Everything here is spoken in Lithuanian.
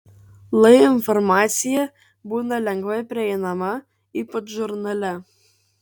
lai informacija būna lengvai prieinama ypač žurnale